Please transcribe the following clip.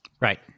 right